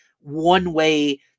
one-way